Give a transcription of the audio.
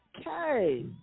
Okay